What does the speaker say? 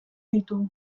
ditu